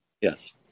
Yes